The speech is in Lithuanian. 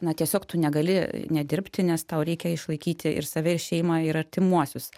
na tiesiog tu negali nedirbti nes tau reikia išlaikyti ir save ir šeimą ir artimuosius